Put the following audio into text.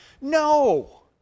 No